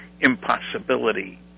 impossibility